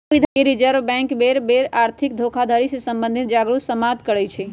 भारतीय reserve bank बेर बेर पर आर्थिक धोखाधड़ी से सम्बंधित जागरू समाद जारी करइ छै